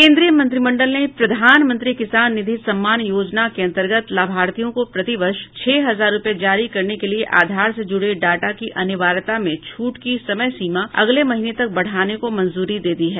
केन्द्रीय मंत्रिमंडल ने प्रधानमंत्री किसान निधि सम्मान योजना के अन्तर्गत लाभार्थियों को प्रतिवर्ष छह हजार रूपए जारी करने के लिए आधार से जुड़े डाटा की अनिवार्यता में छूट की समय सीमा अगले महीने तक बढाने को मंजूरी दे दी है